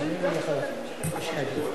מדבר